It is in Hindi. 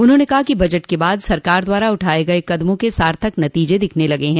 उन्होंने कहा कि बजट के बाद सरकार द्वारा उठाये गये कदमों के सार्थक नतीजे दिखने लगे हैं